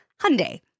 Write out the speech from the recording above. Hyundai